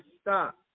stop